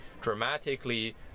dramatically